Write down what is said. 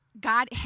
God